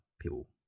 people